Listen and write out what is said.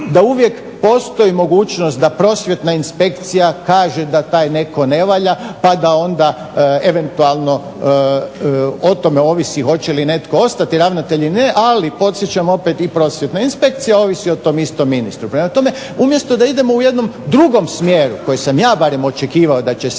da uvijek postoji mogućnost da prosvjetna inspekcija kaže da taj netko ne valja pa da onda eventualno o tome ovisi hoće li netko ostati ravnatelj ili ne, ali podsjećam opet i prosvjetna inspekcija ovisi o tom istom ministru. Prema tome, umjesto da idemo u jednom drugom smjeru koji sam ja barem očekivao da će se